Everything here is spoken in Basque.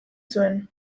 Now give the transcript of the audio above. zuen